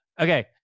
Okay